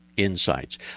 insights